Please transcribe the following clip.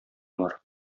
бар